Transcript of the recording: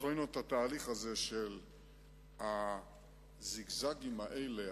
אנחנו ראינו את התהליך הזה של הזיגזגים האלה,